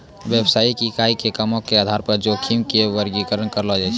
व्यवसायिक इकाई के कामो के आधार पे जोखिम के वर्गीकरण करलो जाय छै